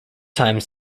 time